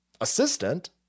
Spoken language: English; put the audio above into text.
assistant